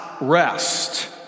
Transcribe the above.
rest